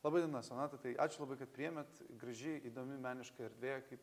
laba diena sonata tai ačiū labai kad priėmėt graži įdomi meniška erdvėje kaip